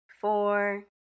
four